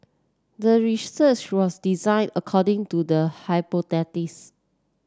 the research was designed according to the hypothesis